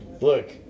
look